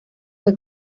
fue